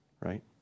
right